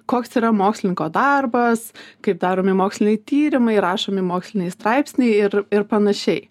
koks yra mokslininko darbas kaip daromi moksliniai tyrimai rašomi moksliniai straipsniai ir ir panašiai